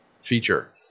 feature